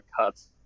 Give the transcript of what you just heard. cuts